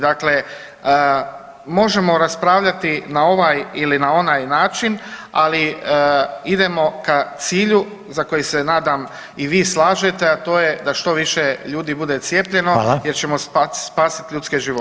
Dakle, možemo raspravljati na ovaj ili na onaj način, ali idemo ka cilju za koji se nadam i vi slažete, a to je da što više ljudi bude cijepljeno [[Upadica: Hvala]] jer ćemo spasit ljudske živote.